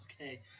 Okay